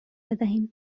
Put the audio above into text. بدهیم